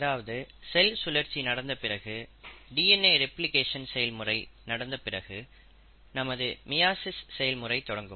அதாவது செல் சுழற்சி நடந்த பிறகு டிஎன்ஏ ரெப்ளிகேஷன் செயல்முறை நடந்த பிறகு நமது மியாசிஸ் செயல்முறை தொடங்கும்